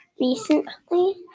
recently